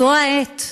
זו העת,